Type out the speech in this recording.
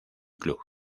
club